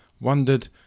wondered